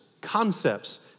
concepts